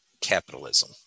capitalism